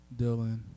Dylan